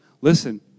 Listen